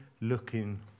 looking